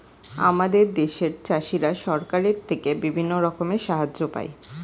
আমাদের দেশের চাষিরা সরকারের থেকে বিভিন্ন রকমের সাহায্য পায়